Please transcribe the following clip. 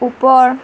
ওপৰ